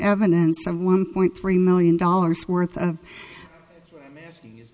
evidence some one point three million dollars worth of